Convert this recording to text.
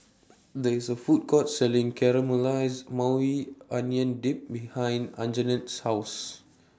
There IS A Food Court Selling Caramelized Maui Onion Dip behind Anjanette's House